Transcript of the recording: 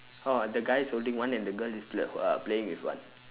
ha the guy is holding one and the girl is uh playing with one